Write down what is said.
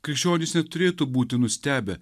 krikščionys neturėtų būti nustebę